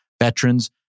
veterans